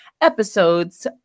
episodes